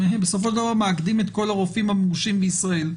הם בסופו של דבר מאגדים את כל הרופאים המורשים בישראל,